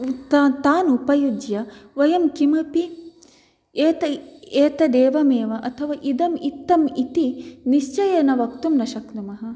तान् तान् उपयुज्य वयं किमपि एत एतदेवमेव अथवा इदं इत्थम् इति निश्चयेन वक्तुं न शक्नुमः